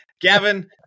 Gavin